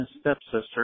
stepsister